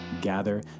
gather